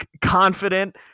confident